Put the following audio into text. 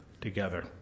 together